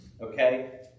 Okay